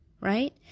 Right